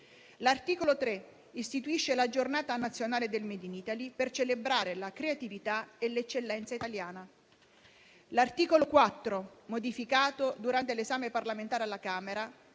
L'articolo 3 istituisce la Giornata nazionale del *made in Italy*, per celebrare la creatività e l'eccellenza italiana. L'articolo 4, modificato durante l'esame parlamentare alla Camera,